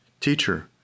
Teacher